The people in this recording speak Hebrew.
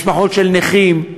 משפחות נכים,